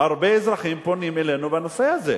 שהרבה אזרחים פונים אלינו בנושא הזה.